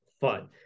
fun